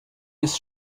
jest